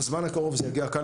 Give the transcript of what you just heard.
בזמן הקרוב זה יגיע לכאן,